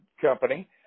company